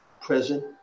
present